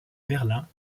berlin